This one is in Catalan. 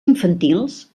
infantils